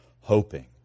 hoping